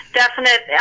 definite